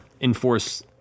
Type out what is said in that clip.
enforce